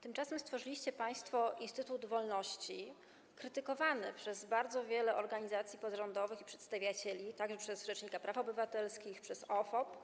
Tymczasem stworzyliście państwo instytut wolności, krytykowany przez bardzo wiele organizacji pozarządowych i przedstawicieli, także przez rzecznika praw obywatelskich i przez OFOP.